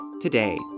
Today